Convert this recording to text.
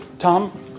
Tom